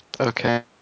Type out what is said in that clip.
Okay